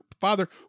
father